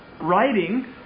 writing